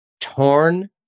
torn